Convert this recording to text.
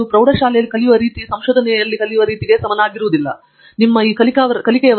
professor